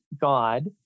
God